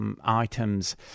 items